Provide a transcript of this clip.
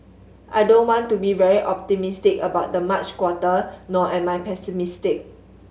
I don't want to be very optimistic about the March quarter nor am I pessimistic